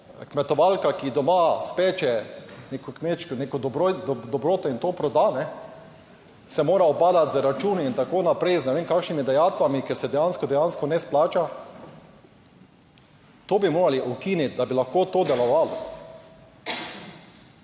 kmetovalka, ki doma speče neko kmečko dobroto in to proda, se mora ubadati z računi in tako naprej, z ne vem kakšnimi dajatvami, kar se dejansko ne splača. To bi morali ukiniti, da bi lahko to delovalo,